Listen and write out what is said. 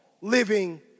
living